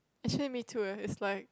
actually me too leh is like